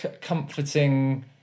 comforting